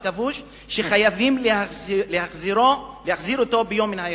כבוש שחייבים להחזיר אותו ביום מן הימים.